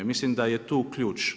Mislim da je tu ključ.